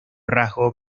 rasgo